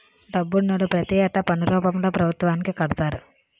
డబ్బునోళ్లు ప్రతి ఏటా పన్ను రూపంలో పభుత్వానికి కడతారు